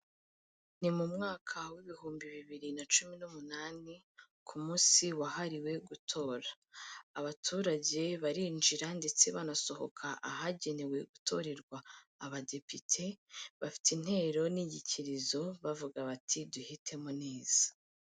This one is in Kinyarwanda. Ni mu mwaka w'ibihumbi bibiri na cumi n'umunani ku munsi wahariwe gutora, abaturage barinjira ndetse banasohoka ahagenewe gutorerwa abadepite, bafite intero n'inyikirizo bavuga bati duhitemo neza.